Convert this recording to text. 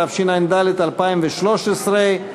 התשע"ד 2013,